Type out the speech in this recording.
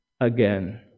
again